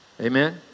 Amen